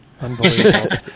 Unbelievable